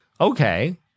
Okay